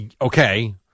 Okay